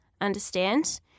understand